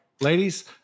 ladies